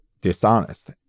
dishonest